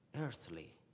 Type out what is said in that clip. earthly